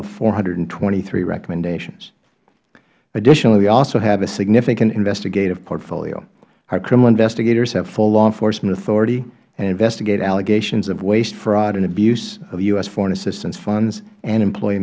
of four hundred and twenty three recommendations additionally we also have a significant investigative portfolio our criminal investigators have full law enforcement authority and investigate allegations of waste fraud and abuse of u s foreign assistance funds and employee